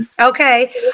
Okay